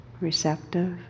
receptive